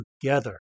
together